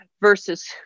versus